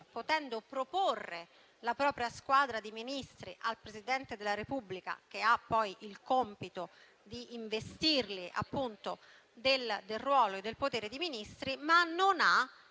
potendo egli proporre la propria squadra di Ministri al Presidente della Repubblica, che ha poi il compito di investirli del ruolo e del potere di Ministri, non ha